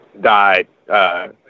died